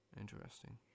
Interesting